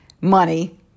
Money